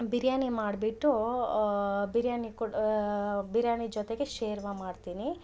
ಬಿರಿಯಾನಿ ಮಾಡಿಬಿಟ್ಟು ಬಿರಿಯಾನಿ ಕೂಡ ಬಿರಿಯಾನಿ ಜೊತೆಗೆ ಶೇರ್ವ ಮಾಡ್ತೀನಿ